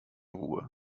ruhe